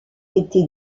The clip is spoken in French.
été